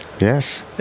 Yes